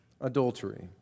adultery